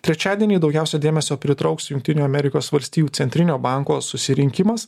trečiadienį daugiausia dėmesio pritrauks jungtinių amerikos valstijų centrinio banko susirinkimas